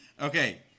Okay